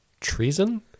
treason